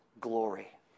glory